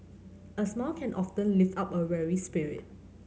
a smile can often lift up a weary spirit